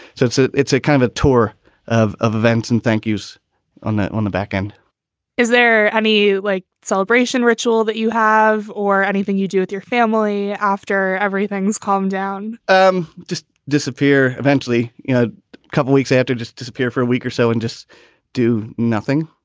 so it's it's a kind of a tour of of events and thank you's on on the back end is there any like celebration ritual that you have or anything you do with your family after everything's calm down and um just disappear eventually? you know, a couple weeks after, just disappear for a week or so and just do nothing.